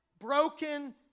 broken